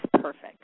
perfect